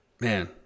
man